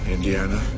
Indiana